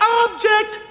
object